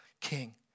king